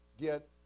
get